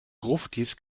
gruftis